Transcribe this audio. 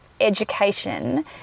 education